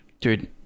dude